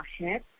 ahead